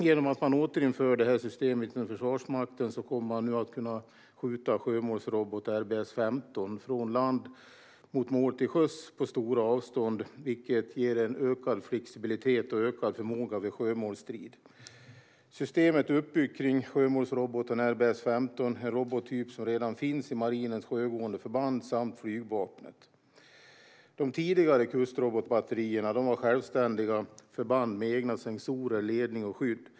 Genom att man återinför systemet i Försvarsmakten kommer man nu att kunna skjuta sjömålsrobotar, RBS 15, från land mot mål till sjöss på stora avstånd, vilket ger en ökad flexibilitet och ökad förmåga vid sjömålsstrid. Systemet är uppbyggt kring sjömålsroboten RBS 15. Det är en robottyp som redan finns i marinens sjögående förband samt flygvapnet. De tidigare kustrobotbatterierna var självständiga förband med egna sensorer, ledning och skydd.